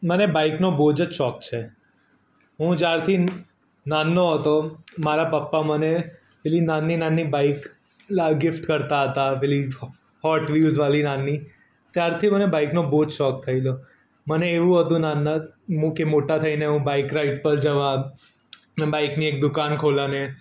મને બાઈકનો બહુ જ જ શોખ છે હું જ્યારથી નાનો હતો મારા પપ્પા મને પેલી નાની નાની બાઈક લા ગિફ્ટ કરતા હતા પેલી હોટ વ્યુસ વાળી નાની ત્યારથી મને બાઈકનો બહુ જ શોખ થયેલો મને એવું હતું નાના કે મોટા થઈને હું બાઈક રાઇડ પર જવા ને બાઈકની એક દુકાન ખોલાની